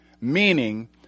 meaning